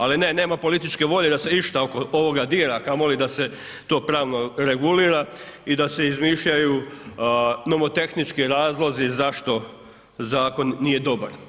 Ali ne, nema političke volje da se išta oko ovoga dira, a kamoli da se to pravno regulira i da se izmišljaju, imamo tehnički razlozi zašto zakon nije dobar.